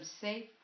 safe